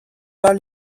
pas